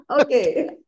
okay